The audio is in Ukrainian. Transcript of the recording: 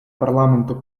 парламенту